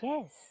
Yes